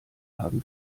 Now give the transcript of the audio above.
haben